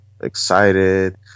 excited